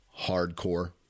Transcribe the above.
hardcore